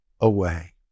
away